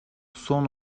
son